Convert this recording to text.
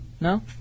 No